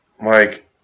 Mike